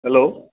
hello